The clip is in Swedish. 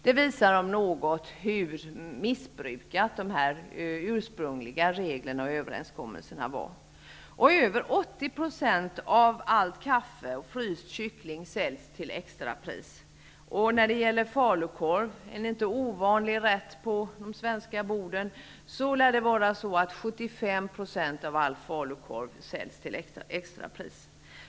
Det visar om något hur missbrukade de ursprungliga reglerna och överenskommelserna är. Över 80 % av allt kaffe och fryst kyckling säljs till extrapris. Närmare 75 % av all falukorv -- en inte så ovanlig rätt på de svenska borden -- säljs till extrapris.